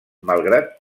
malgrat